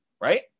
right